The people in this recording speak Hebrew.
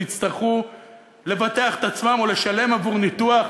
יצטרכו לבטח את עצמם או לשלם עבור ניתוח